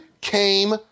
came